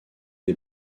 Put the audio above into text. des